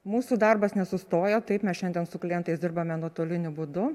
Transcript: mūsų darbas nesustojo taip mes šiandien su klientais dirbame nuotoliniu būdu